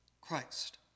Christ